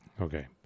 Okay